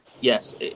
yes